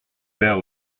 faire